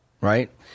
Right